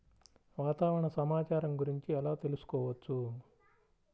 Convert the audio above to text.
వాతావరణ సమాచారం గురించి ఎలా తెలుసుకోవచ్చు?